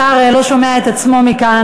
השר לא שומע את עצמו מכאן,